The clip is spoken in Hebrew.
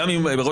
גם אם הורשע,